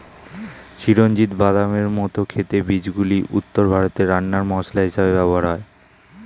চিরঞ্জিত বাদামের মত খেতে বীজগুলি উত্তর ভারতে রান্নার মসলা হিসেবে ব্যবহার হয়